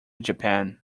japan